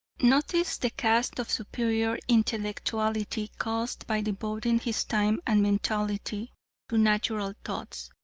notice the cast of superior intellectuality caused by devoting his time and mentality to natural thoughts,